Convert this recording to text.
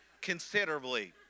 considerably